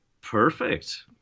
Perfect